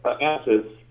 answers